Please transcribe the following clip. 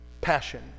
passion